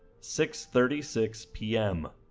six thirty six p m.